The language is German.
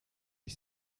ich